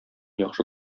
яхшы